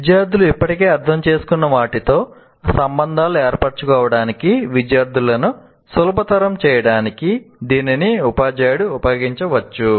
విద్యార్థులు ఇప్పటికే అర్థం చేసుకున్న వాటితో సంబంధాలు ఏర్పరచుకోవడానికి విద్యార్థులను సులభతరం చేయడానికి దీనిని ఉపాధ్యాయుడు ఉపయోగించవచ్చు